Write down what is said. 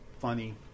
funny